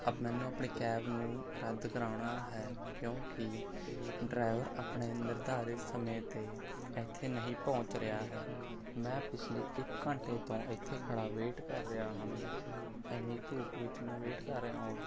ਮੈਨੂੰ ਆਪਣੀ ਕੈਬ ਨੂੰ ਰੱਦ ਕਰਵਾਉਣਾ ਹੈ ਕਿਉਂਕਿ ਡਰਾਈਵਰ ਆਪਣੇ ਨਿਰਧਾਰਿਤ ਸਮੇਂ 'ਤੇ ਇੱਥੇ ਨਹੀਂ ਪਹੁੰਚ ਰਿਹਾ ਹੈ ਮੈਂ ਪਿਛਲੇ ਇੱਕ ਘੰਟੇ ਤੋਂ ਇੱਥੇ ਖੜ੍ਹਾ ਵੇਟ ਕਰ ਰਿਹਾ ਹਾਂ ਇੰਨੀ ਧੁੱਪ ਵਿੱਚ ਮੈਂ ਵੇਟ ਕਰ ਰਿਹਾ